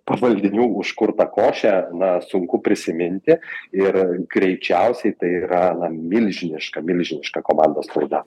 pavaldinių užkurtą košę na sunku prisiminti ir greičiausiai tai yra na milžiniška milžiniška komandos klaida